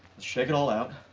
shake it all out.